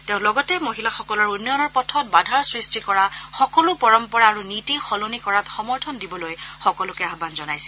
তেওঁ লগতে মহিলাসকলৰ উন্নয়নৰ পথত বাধাৰ সৃষ্টি কৰা সকলো পৰম্পৰা আৰু নীতি সলনি কৰাত সমৰ্থন দিবলৈ সকলোকে আহ্মন জনাইছে